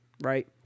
right